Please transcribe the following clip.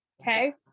okay